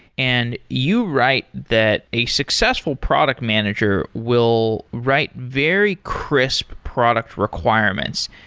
and you write that a successful product manager will write very crisp product requirements.